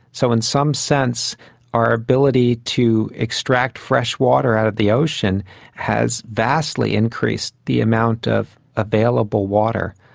so in some sense our ability to extract fresh water out of the ocean has vastly increased the amount of available water.